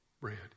bread